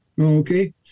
Okay